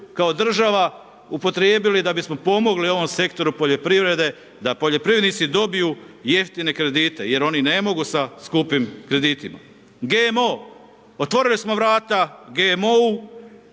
kao država upotrijebili da bismo pomogli ovom sektoru poljoprivrede da poljoprivrednici dobiju jeftine kredite jer oni ne mogu sa skupim kreditima. GMO, otvorili smo vrata GMO-u